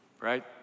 right